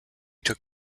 took